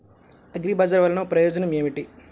అగ్రిబజార్ వల్లన ప్రయోజనం ఏమిటీ?